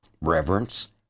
reverence